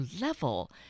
level